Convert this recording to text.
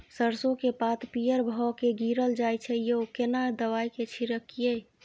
सरसो के पात पीयर भ के गीरल जाय छै यो केना दवाई के छिड़कीयई?